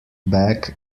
back